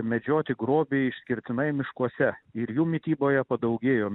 medžioti grobį išskirtinai miškuose ir jų mityboje padaugėjo